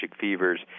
fevers